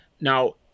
Now